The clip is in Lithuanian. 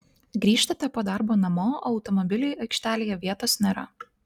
grįžtate po darbo namo o automobiliui aikštelėje vietos nėra